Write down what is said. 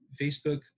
Facebook